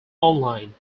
online